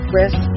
risk